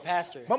Pastor